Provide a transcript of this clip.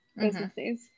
businesses